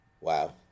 Wow